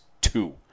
two